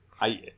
I-